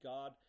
God